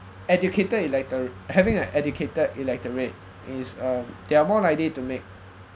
educated electora~ having a educated electorate is um they are more likely to make